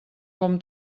com